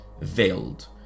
veiled